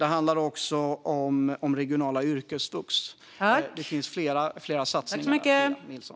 Det handlar också om regionala yrkesvux. Vi har flera satsningar här, Pia Nilsson.